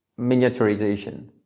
miniaturization